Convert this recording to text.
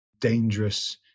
dangerous